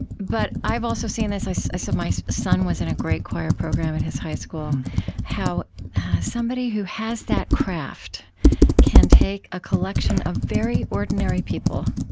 but i've also seen this so my son was in a great choir program at his high school how somebody who has that craft can take a collection of very ordinary people,